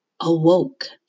awoke